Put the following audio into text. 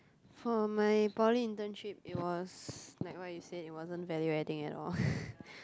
for my poly internship it was like what you said it wasn't value adding at all